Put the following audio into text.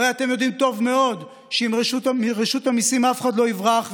הרי אתם יודעים טוב מאוד שמרשות המיסים אף אחד לא יברח,